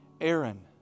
Aaron